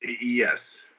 Yes